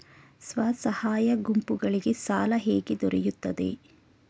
ಸ್ವಸಹಾಯ ಗುಂಪುಗಳಿಗೆ ಸಾಲ ಹೇಗೆ ದೊರೆಯುತ್ತದೆ?